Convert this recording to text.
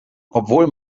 obwohl